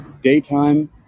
daytime